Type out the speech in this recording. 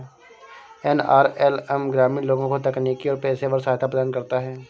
NRLM ग्रामीण लोगों को तकनीकी और पेशेवर सहायता प्रदान करता है